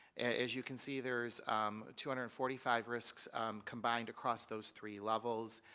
as you can see, there is two hundred and forty five risks combined across those three levels.